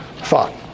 Thought